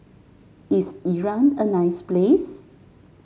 is Iran a nice place